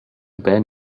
bend